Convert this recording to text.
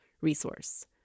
resource